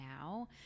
now